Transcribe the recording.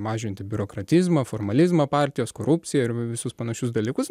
mažinti biurokratizmą formalizmą partijos korupciją ir visus panašius dalykus